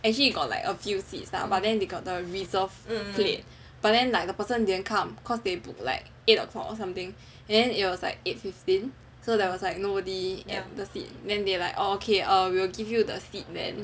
actually got like a few seats lah but then they got the reserve plate but then like the person didn't come cause they book like eight o'clock or something and it was like eight fifteen so there was like nobody at the seat then they were like orh okay we will give you the seat then